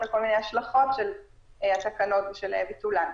לכל מיני השלכות של התקנות ושל ביטולן.